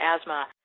asthma